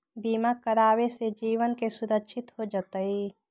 बीमा करावे से जीवन के सुरक्षित हो जतई?